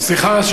סליחה,